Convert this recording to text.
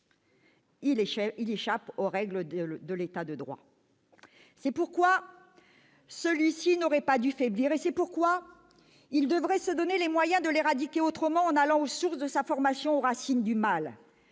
il échappe aux règles de l'État de droit. C'est pourquoi celui-ci n'aurait pas dû faiblir et devrait se donner les moyens de l'éradiquer autrement, en allant aux sources de sa formation, aux racines du mal.